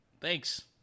thanks